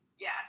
Yes